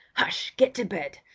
hush! get to bed!